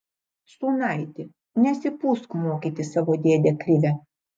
sūnaiti nesipūsk mokyti savo dėdę krivę